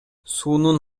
суунун